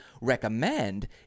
recommend